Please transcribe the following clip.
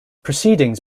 proceedings